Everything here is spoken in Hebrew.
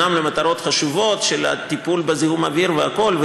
אומנם למטרות חשובות של טיפול בזיהום האוויר והכול,